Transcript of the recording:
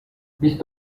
بیست